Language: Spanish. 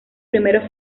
primeros